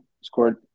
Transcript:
scored